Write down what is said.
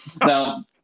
Now